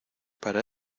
para